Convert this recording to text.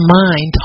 mind